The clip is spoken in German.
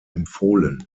empfohlen